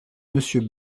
monsieur